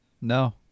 No